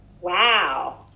Wow